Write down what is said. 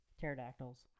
Pterodactyls